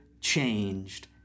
changed